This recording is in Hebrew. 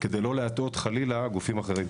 כדי לא להטעות חלילה גופים אחרים.